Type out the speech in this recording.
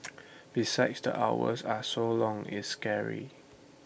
besides the hours are so long it's scary